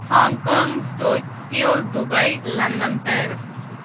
Hong Kong Tokyo Dubai London Paris